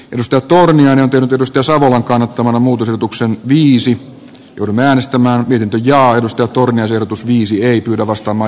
nosta toinen tyydytystä savelan kannattamana muutosehdotuksen viisi turun äänestämään yhden jauhetusta turneen sijoitus viisi ei kyllä vastaamaan